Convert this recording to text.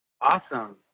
Awesome